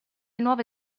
nuove